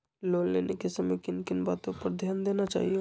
Loan लेने के समय किन किन वातो पर ध्यान देना चाहिए?